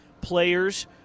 players